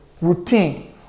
routine